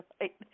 right